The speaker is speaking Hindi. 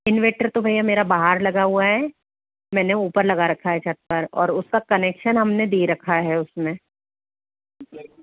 इन्वेटर तो भैया मेरा बाहर लगा हुआ है मैंने ऊपर लगा रखा है छत पर और उसका कनेक्शन हमने दे रखा है उसमें